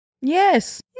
Yes